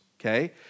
Okay